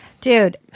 Dude